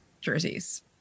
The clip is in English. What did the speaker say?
jerseys